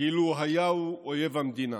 כאילו היה הוא אויב המדינה,